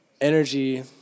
energy